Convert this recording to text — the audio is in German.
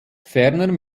ferner